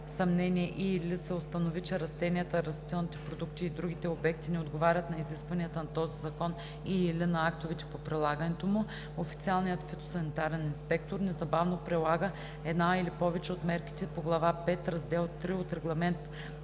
съмнение и/или се установи, че растенията, растителните продукти и другите обекти не отговарят на изискванията на този закон и/или на актовете по прилагането му, официалният фитосанитарен инспектор незабавно прилага една или повече от мерките по глава V, раздел III от Регламент